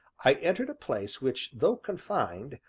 i entered a place which, though confined,